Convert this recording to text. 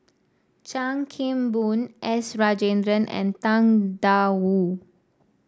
Chan Kim Boon S Rajendran and Tang Da Wu